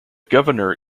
governor